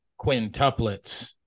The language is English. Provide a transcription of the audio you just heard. quintuplets